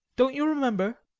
don't you remember?